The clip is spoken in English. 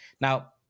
now